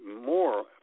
more